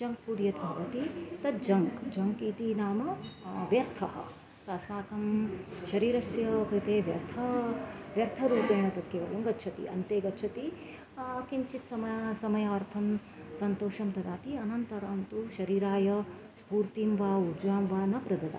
junk food यद् भवति तद् जङ्क् जङ्क् इति नाम व्यर्थः अस्माकं शरीरस्य कृते व्यर्थ व्यर्थरूपेण तत् केवलं गच्छति अन्ते गच्छति किञ्चित् समय समयार्थं सन्तोषं ददाति अनन्तरं तु शरीराय स्फूर्तिं वा उर्जां वा न प्रददाति